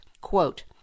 quote